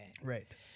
Right